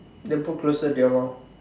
then put closer to your mouth